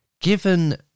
given